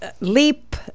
leap